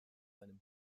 seinem